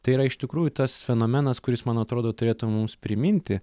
tai yra iš tikrųjų tas fenomenas kuris man atrodo turėtų mums priminti